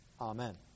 Amen